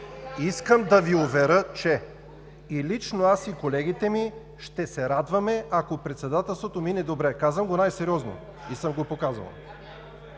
Искам да Ви уверя, че лично аз и колегите ми ще се радваме, ако председателството мине добре. Казвам го най-сериозно и съм го показал.